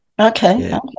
okay